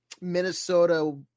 Minnesota